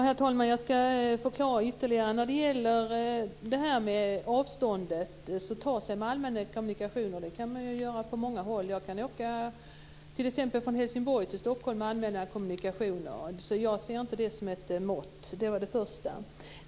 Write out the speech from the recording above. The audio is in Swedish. Herr talman! Jag ska precisera mina frågor. Vad gäller acceptabelt avstånd vill jag säga att man kan ta sig fram långa sträckor med allmänna kommunikationer. Man kan t.ex. åka från Helsingborg till Stockholm med allmänna kommunikationer. Jag ser inte det som ett mått.